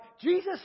Jesus